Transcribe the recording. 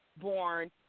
born